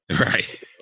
Right